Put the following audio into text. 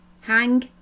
hang